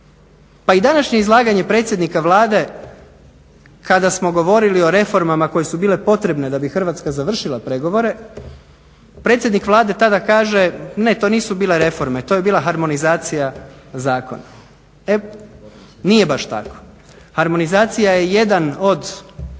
Pa i današnje izlaganje predsjednika Vlade kada smo govorili o reformama koje su bile potrebne da bi Hrvatska završila pregovore, predsjednik Vlade tada kaže ne, to nisu bile reforme, to je bila harmonizacija zakona. Nije baš tako. Harmonizacija je jedan od